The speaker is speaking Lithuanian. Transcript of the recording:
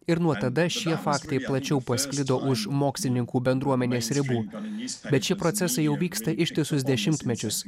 ir nuo tada šie faktai plačiau pasklido už mokslininkų bendruomenės ribų bet šie procesai jau vyksta ištisus dešimtmečius